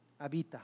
habita